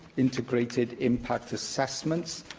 integrated impact assessments.